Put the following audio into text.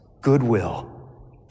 goodwill